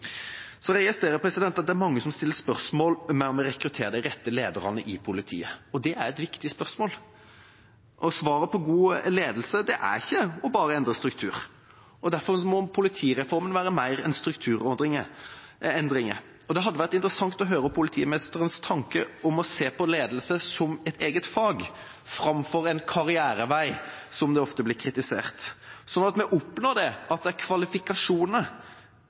Så registrerer jeg at det er mange som stiller spørsmål om vi rekrutterer de rette lederne i politiet, og det er et viktig spørsmål. Svaret på god ledelse er ikke bare å endre struktur. Derfor må politireformen være mer enn strukturendringer. Det hadde vært interessant å høre politimesterens tanker om å se på ledelse som et eget fag framfor en karrierevei, som det ofte blir kritisert som, sånn at vi oppnår at det er kvalifikasjoner